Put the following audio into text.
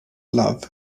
love